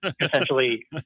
Essentially